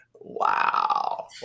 Wow